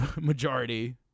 majority